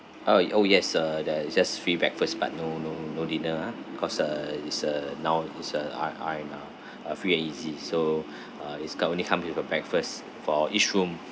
ah oh yes uh there is just free breakfast but no no no dinner ah because uh is a now is a R R and R uh free and easy so uh is can only come with a breakfast for each room